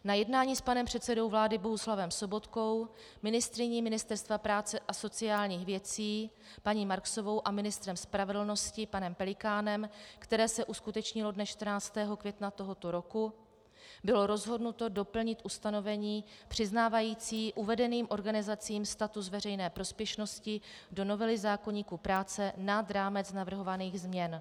Na jednání s panem předsedou vlády s panem Bohuslavem Sobotkou, ministryní Ministerstva práce a sociálních věcí paní Marksovou a ministrem spravedlnosti panem Pelikánem, které se uskutečnilo dne 14. května tohoto roku, bylo rozhodnuto doplnit ustanovení přiznávající uvedeným organizacím status veřejné prospěšnosti do novely zákoníku práce nad rámec navrhovaných změn.